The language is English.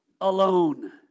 alone